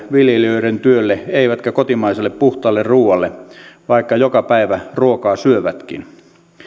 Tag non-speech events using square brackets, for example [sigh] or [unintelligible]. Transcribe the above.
[unintelligible] viljelijöiden työlle eivätkä kotimaiselle puhtaalle ruualle vaikka joka päivä ruokaa syövätkin